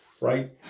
right